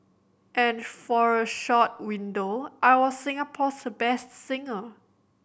and for a short window I was Singapore's best singer